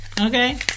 Okay